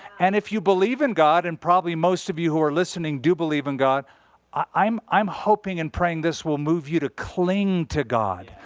and if you believe in god and probably most of you who are listening do believe in god i'm i'm hoping and praying this will move you to cling to god,